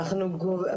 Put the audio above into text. אנחנו גובים,